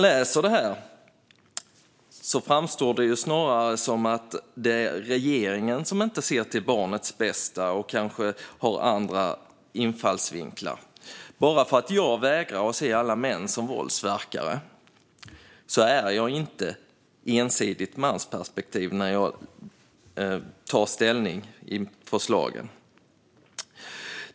Av det här framstår det ju snarare som att det är regeringen som inte ser till barnets bästa och kanske har andra infallsvinklar. Bara för att jag vägrar att se alla män som våldsverkare har jag inte ett ensidigt mansperspektiv när jag tar ställning till förslagen.